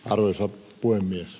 arvoisa puhemies